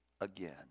again